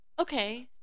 Okay